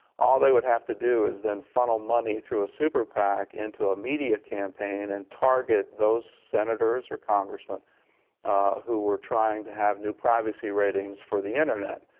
all they would have to do is then funnel money through a super pac, into a media campaign and target those senators or congressmen who were trying to have new privacy ratings for the internet.